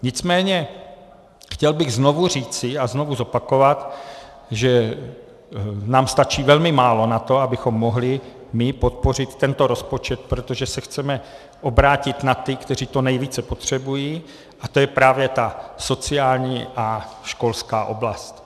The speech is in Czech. Nicméně chtěl bych znovu říci a znovu zopakovat, že nám stačí velmi málo na to, abychom mohli podpořit tento rozpočet, protože se chceme obrátit na ty, kteří to nejvíce potřebují, a to je právě sociální a školská oblast.